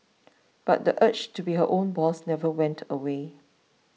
but the urge to be her own boss never went away